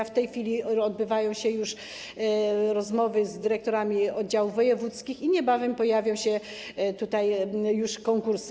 W tej chwili odbywają się już rozmowy z dyrektorami oddziałów wojewódzkich i niebawem pojawią się konkursy.